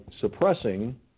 suppressing